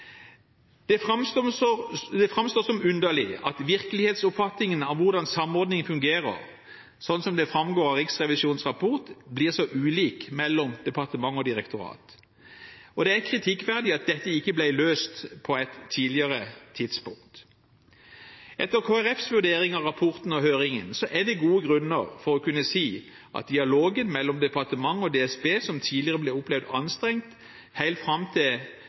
Det framstår som underlig at virkelighetsoppfatningen av hvordan samordningen fungerer, sånn som det framgår av Riksrevisjonens rapport, blir så ulik mellom departement og direktorat, og det er kritikkverdig at dette ikke ble løst på et tidligere tidspunkt. Etter Kristelig Folkepartis vurdering av rapporten og høringen er det gode grunner for å kunne si at dialogen mellom departementet og DSB, som tidligere ble opplevd anstrengt helt fram til